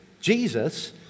Jesus